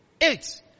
Eight